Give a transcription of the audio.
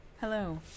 Hello